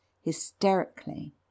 hysterically